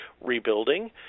rebuilding